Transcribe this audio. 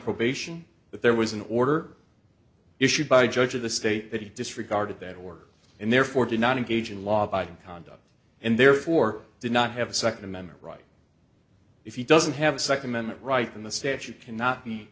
probation but there was an order issued by a judge of the state that he disregarded that work and therefore did not engage in law abiding conduct and therefore did not have a second amendment right if he doesn't have a second amendment right in the statute cannot be